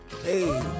Hey